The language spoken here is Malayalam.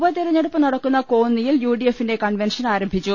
ഉപതെരഞ്ഞെടുപ്പ് നടക്കുന്ന കോന്നിയിൽ യുഡി എഫിന്റെ കൺവൻഷൻ ആരംഭിച്ചു